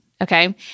okay